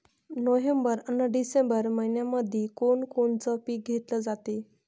November अन December मइन्यामंधी कोण कोनचं पीक घेतलं जाते?